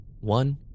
One